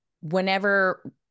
whenever